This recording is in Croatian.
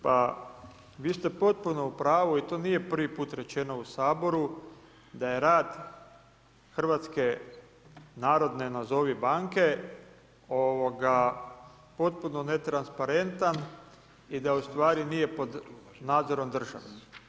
Pa vi ste potpuno upravu i to nije prvi put rečeno u Saboru da je rad Hrvatske nazovi banke potpuno netransparentan i da ustvari nije pod nadzorom države.